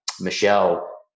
Michelle